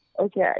Okay